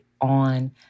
on